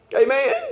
Amen